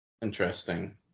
Interesting